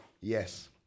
Yes